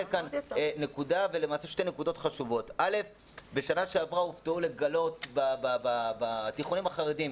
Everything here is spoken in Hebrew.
עוד שתי נקודות חשובות: בשנה שעברה הופתעו לגלות בתיכונים החרדיים,